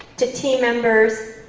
to team members,